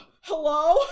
hello